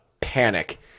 panic